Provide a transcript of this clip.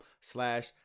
slash